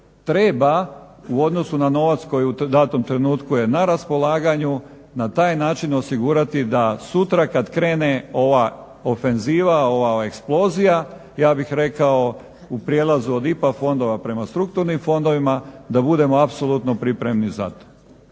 treba u odnosnu na novac koji u datom trenutku je na raspolaganju. Na taj način osigurati da sutra kad krene ova ofenziva, ova eksplozija, ja bih rekao u prijelazu od IPA fondova prema strukturnim fondovima, da budemo apsolutno pripremni za to.